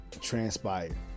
transpired